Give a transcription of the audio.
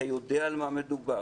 אתה יודע על מה מדובר.